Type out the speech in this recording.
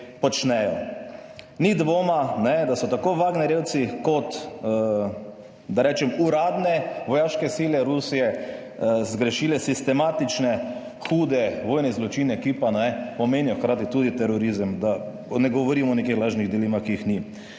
Ni dvoma, da so tako Wagnerjevci, kot, da rečem, uradne vojaške sile Rusije zagrešile sistematične hude vojne zločine - ki pa, ne, pomenijo hkrati tudi terorizem, da ne govorimo o nekih lažnih dilemah, ki jih ni.